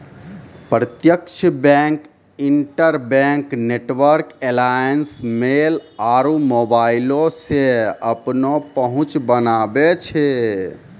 प्रत्यक्ष bank, interbank network alliance, mail आरु मोबाइलो से अपनो पहुंच बनाबै छै